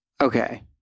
okay